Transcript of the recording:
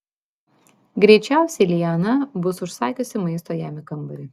greičiausiai liana bus užsakiusi maisto jam į kambarį